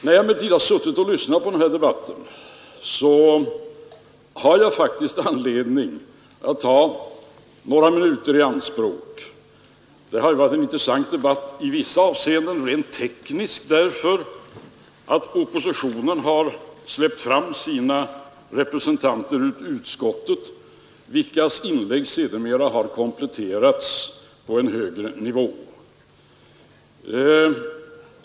När jag emellertid har suttit och lyssnat på den här debatten har jag faktiskt fått anledning att ta några minuter i anspråk. Det har ju varit en intressant debatt i vissa avseenden rent tekniskt därför att oppositionen har släppt fram sina representanter i utskottet, vilkas inlägg sedan har kompletterats på en högre nivå.